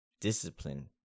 discipline